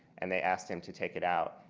and they asked him to take it out.